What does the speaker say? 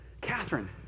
Catherine